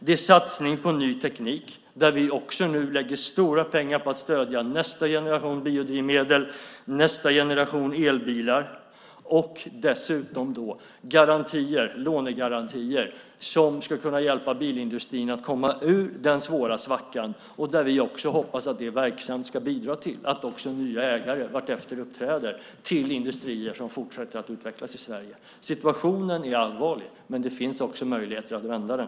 Det är satsning på ny teknik där vi också nu lägger stora pengar på att stödja nästa generation biodrivmedel och elbilar och dessutom lånegarantier som skulle kunna hjälpa bilindustrin att komma ur den svåra svackan. Vi hoppas att det verksamt ska bidra till att nya ägare också uppträder vartefter till industrier som fortsätter att utvecklas i Sverige. Situationen är allvarlig, men det finns också möjligheter att vända den.